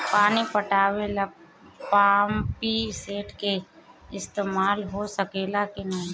पानी पटावे ल पामपी सेट के ईसतमाल हो सकेला कि ना?